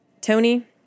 Tony